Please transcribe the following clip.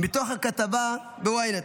מתוך כתבה ב-ynet.